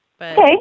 Okay